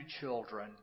children